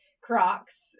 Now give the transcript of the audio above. Crocs